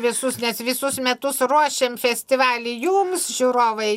visus nes visus metus ruošėm festivalį jums žiūrovai